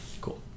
cool